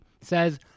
says